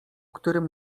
którym